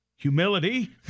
Humility